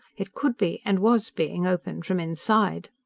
it could be and was being opened from inside.